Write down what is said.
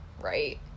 Right